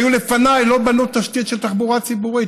כי אלה שהיו לפניי לא בנו תשתית של תחבורה ציבורית,